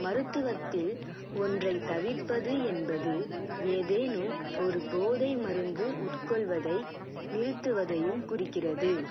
மருத்துவத்தில் ஒன்றை தவிர்ப்பது என்பது ஏதேனும் ஒரு போதை மருந்து உட்கொள்வதை நிறுத்துவதையும் குறிக்கிறது